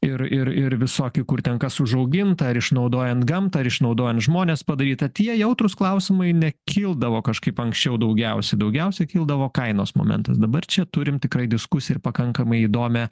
ir ir ir visokį kur ten kas užaugintą ar išnaudojant gamtą ar išnaudojant žmones padaryta tie jautrūs klausimai nekildavo kažkaip anksčiau daugiausiai daugiausiai kildavo kainos momentas dabar čia turim tikrai diskusiją ir pakankamai įdomią